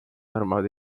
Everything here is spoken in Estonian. arvavad